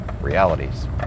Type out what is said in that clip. realities